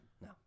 No